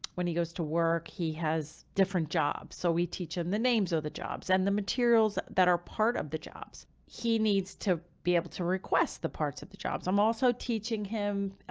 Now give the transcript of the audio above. when he goes to work, he has different jobs. so we teach him the names of the jobs and the materials that are part of the jobs. he needs to be able to request the parts of the jobs. i'm also teaching him, ah,